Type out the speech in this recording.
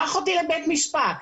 קח אותי לבית המשפט.